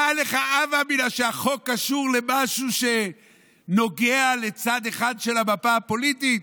היה לך הווה אמינא שהחוק קשור למשהו שנוגע לצד אחד של המפה הפוליטית?